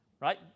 right